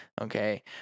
okay